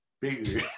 bigger